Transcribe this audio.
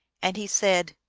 and he said,